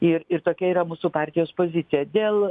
ir ir tokia yra mūsų partijos pozicija dėl